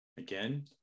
Again